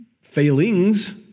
failings